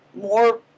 more